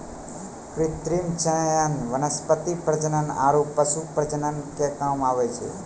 कृत्रिम चयन वनस्पति प्रजनन आरु पशु प्रजनन के काम छै